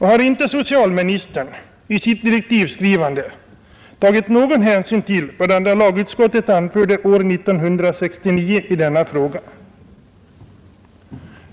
Har inte socialministern tagit någon hänsyn till vad andra lagutskottet anförde år 1969 i denna fråga?